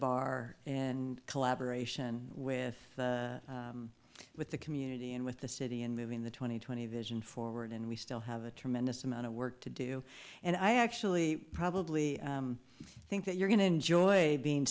bar and collaboration with with the community and with the city and moving the twenty twenty vision forward and we still have a tremendous amount of work to do and i actually probably think that you're going to enjoy being